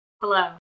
Hello